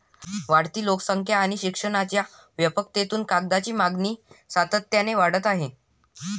वाढती लोकसंख्या आणि शिक्षणाच्या व्यापकतेपासून कागदाची मागणी सातत्याने वाढत आहे